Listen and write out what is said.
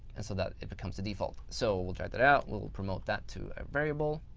and so that it becomes a default. so, we'll drag that out. we'll we'll promote that to a variable.